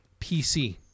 PC